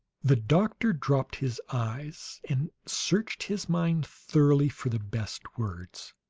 the doctor dropped his eyes, and searched his mind thoroughly for the best words.